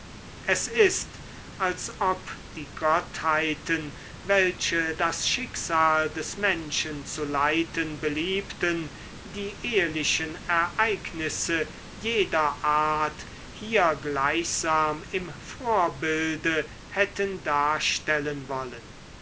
es ist als ob die gottheiten welche das schicksal der menschen zu leiten beliebten die ehelichen ereignisse jeder art hier gleichsam im vorbilde hätten darstellen wollen